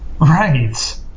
Right